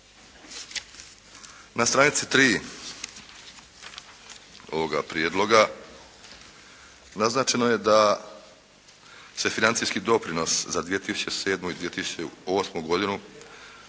Na stranici 3. ovoga Prijedloga naznačeno je da se financijski doprinos za 2007. i 2008. godinu